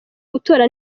gutora